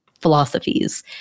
philosophies